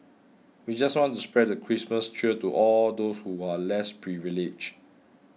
we just want to spread the Christmas cheer to all those who are less privileged